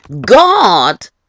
God